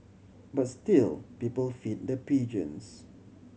but still people feed the pigeons